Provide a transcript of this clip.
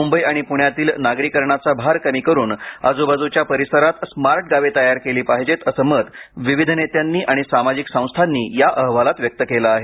मुंबई आणि प्ण्यातील नागरीकरणाचा भार कमी करून आजूबाजूच्या परिसरात स्मार्ट गावे तयार केली पाहिजे असे मत विविध नेत्यांनी आणि सामाजिक संस्थानी या अहवालात व्यक्त केलं आहे